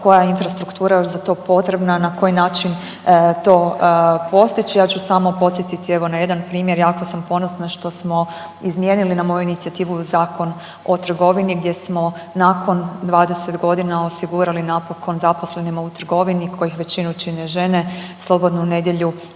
koja je infrastruktura još za to potrebna, na koji način to postići. Ja ću samo podsjetiti evo na jedan primjer, jako sam ponosna što smo izmijenili na moju inicijativu i Zakon o trgovini gdje smo nakon 20.g. osigurali napokon zaposlenima u trgovini, kojih većinu čine žene, slobodnu nedjelju